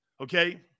okay